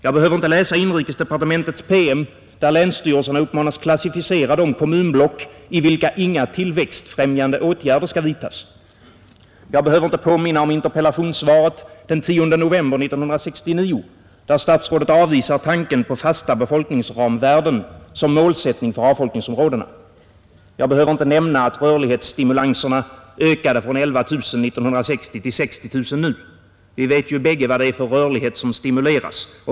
Jag behöver inte läsa inrikesdepartementets PM, där länsstyrelserna uppmanas klassificera de kommunblock i vilka inga tillväxtfrämjande åtgärder skall vidtas. Jag behöver inte påminna om interpellationssvaret den 10 november 1969, där statsrådet avvisar tanken på fasta befolkningsramvärden som målsättning för avfolkningsområdena. Jag behöver inte nämna att rörlighetsstimulanserna ökade från 11 000 1960 till 60 000 nu. Vi vet ju bägge vad det är för rörlighet som stimuleras.